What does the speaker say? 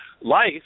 life